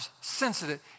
sensitive